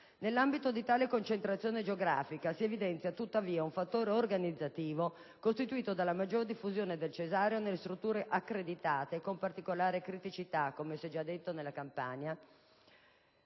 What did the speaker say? Nell'ambito di tale concentrazione geografica, si evidenzia tuttavia un fattore organizzativo costituito dalla maggiore diffusione del taglio cesareo nelle strutture private accreditate con particolare criticità in quelle della Campania.